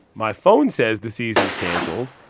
my phone says the season's canceled,